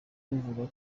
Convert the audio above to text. bivugwa